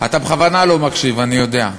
אתה בכוונה לא מקשיב, אני יודע.